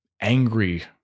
angry